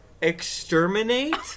exterminate